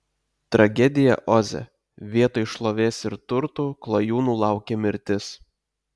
tragedija oze vietoj šlovės ir turtų klajūnų laukė mirtis